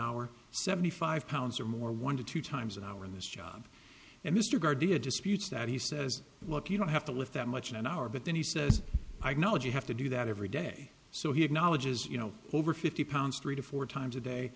hour seventy five pounds or more one to two times an hour in this job and mr guardian disputes that he says look you don't have to lift that much in an hour but then he says i know you have to do that every day so he acknowledges you know over fifty pounds three to four times a day